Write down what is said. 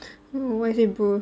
why is it bro